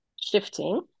shifting